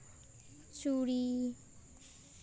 ᱪᱩᱲᱤ